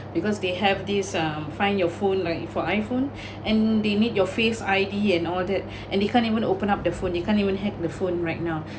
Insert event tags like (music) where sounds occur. because they have this um find your phone like for iphone (breath) and they need your face id and all that (breath) and he can't even open up the phone you can't even hack the phone right now